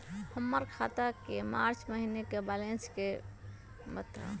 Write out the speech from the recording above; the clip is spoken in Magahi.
हमर खाता के मार्च महीने के बैलेंस के बताऊ?